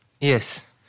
Yes